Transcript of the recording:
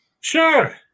sure